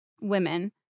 women